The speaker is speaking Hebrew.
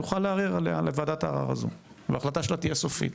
יוכל לערער עליה לוועדת הערער הזו וההחלטה שלה תהיה סופית.